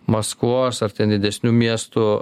maskvos ar didesnių miestų